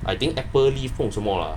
I think apple 莉锋什么 lah